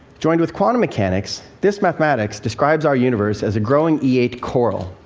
joined with quantum mechanics, this mathematics describes our universe as a growing e eight coral,